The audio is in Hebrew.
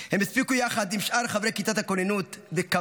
הם הספיקו, יחד עם שאר חברי כיתת הכוננות וכמה